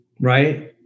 right